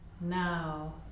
Now